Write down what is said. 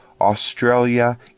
Australia